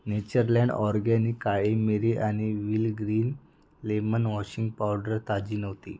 Natureland organic काळी मिरी आणि वील ग्रीन लेमन वॉशिंग पावडर ताजी नव्हती